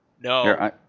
no